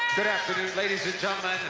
good afternoon, ladies and gentlemen,